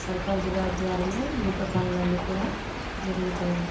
సర్పంచ్ గారు ద్వారానే మిగతా పనులన్నీ కూడా జరుగుతాయి